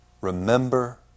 remember